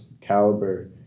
caliber